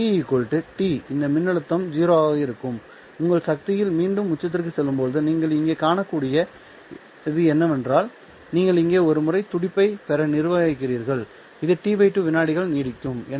எனவே t T இந்த மின்னழுத்தம் 0 ஆக இருக்கும் உங்கள் சக்தி மீண்டும் உச்சத்திற்கு செல்லும் போது நீங்கள் இங்கே காணக்கூடியது என்னவென்றால் நீங்கள் இங்கே ஒரு முறை துடிப்பைப் பெற நிர்வகிக்கிறீர்கள் இது T 2 விநாடிகள் நீடிக்கும்